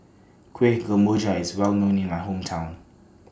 Kuih Kemboja IS Well known in My Hometown